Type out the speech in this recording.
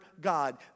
God